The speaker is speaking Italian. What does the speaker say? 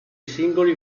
singoli